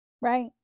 Right